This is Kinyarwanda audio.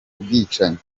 bwicanyi